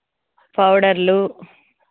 పౌడర్లు